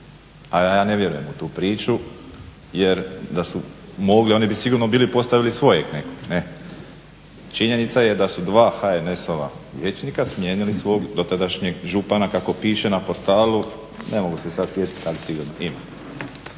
A ja ne vjerujem u tu priču jer da su mogli oni bi sigurno bili postavili svojeg nekog. Činjenica je da su dva HNS-ova vijećnika smijenili svog dotadašnjeg župana kako piše na portalu, ne mogu se sad sjetit ali sigurno ….